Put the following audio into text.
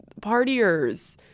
partiers